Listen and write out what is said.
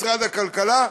משרד הכלכלה,